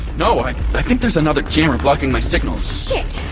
no, i i think there's another jammer blocking my signals shit